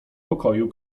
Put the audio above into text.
pokoju